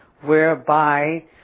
whereby